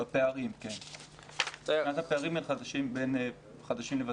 בפערים, כן, בין חדשים לוותיקים.